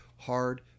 Hard